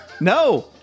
No